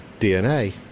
DNA